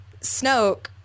Snoke